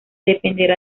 dependerá